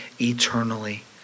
eternally